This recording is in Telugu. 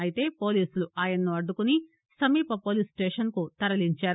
అయితే పోలీసులు ఆయనను అడ్డుకొని సమీప పోలీస్స్టేషన్కు తరలించారు